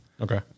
Okay